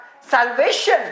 salvation